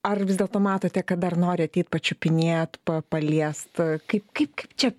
ar vis dėlto matote kad dar nori ateit pačiupinėt pa paliest kaip kaip kaip čia